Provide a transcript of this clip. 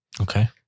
Okay